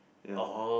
ya